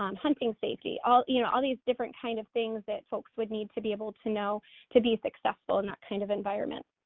um hunting safety, you know, all these different kind of things that folks would need to be able to know to be successful in that kind of environment.